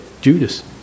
Judas